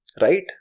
Right